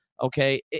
Okay